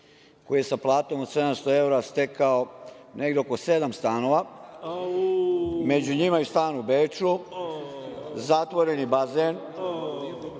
koji je sa platom od 700 evra stekao negde oko sedam stanova, među njima i stan u Beču, zatvoreni bazen,